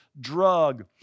drug